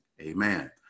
amen